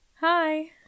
Hi